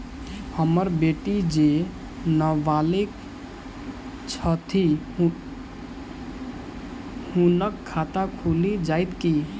हम्मर बेटी जेँ नबालिग छथि हुनक खाता खुलि जाइत की?